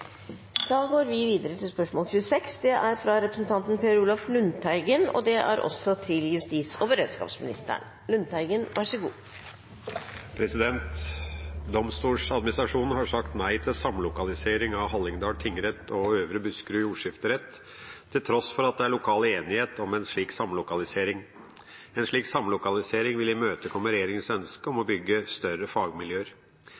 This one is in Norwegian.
har sagt nei til samlokalisering av Hallingdal tingrett og Øvre Buskerud jordskifterett til tross for at det er lokal enighet om en slik samlokalisering. En slik samlokalisering vil imøtekomme regjeringens ønske om